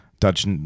Dutch